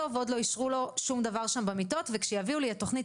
ועוד לא אישרו לו שום דבר שם במיטות וכשיביאו לי את תוכנית